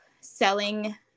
selling